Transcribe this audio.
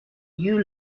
you